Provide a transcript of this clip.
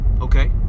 Okay